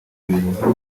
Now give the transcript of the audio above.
ibihuha